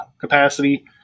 capacity